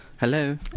Hello